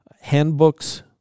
Handbooks